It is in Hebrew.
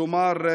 כלומר,